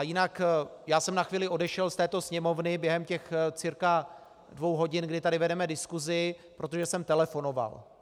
Jinak já jsem na chvíli odešel z této sněmovny během cirka dvou hodin, kdy tady vedeme diskusi, protože jsem telefonoval.